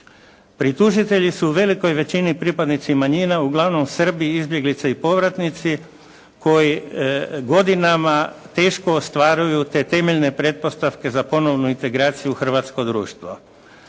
Pritužitelji su u velikoj većini pripadnici manjina uglavnom Srbi i izbjeglice i povratnici koji godinama teško ostvaruju te temeljne pretpostavke za ponovno integraciju u hrvatsko društvo.